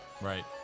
right